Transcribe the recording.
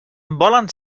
volen